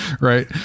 Right